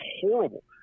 horrible